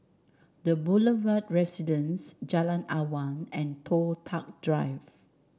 The Boulevard Residence Jalan Awang and Toh Tuck Drive